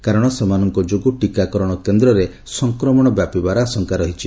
କାରଣ ସେମାନଙ୍କ ଯୋଗୁଁ ଟୀକାକରଣ କେନ୍ଦ୍ରରେ ସଂକ୍ରମଣ ବ୍ୟାପିବାର ଆଶଙ୍କା ରହିଛି